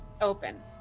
open